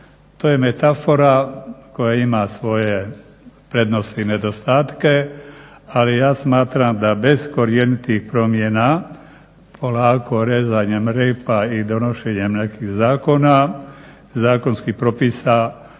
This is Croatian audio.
To je metafora koja ima svoje prednosti i nedostatke, ali ja smatram da bez korjenitih promjena polako rezanjem repa i donošenjem nekih zakona, zakonskih propisa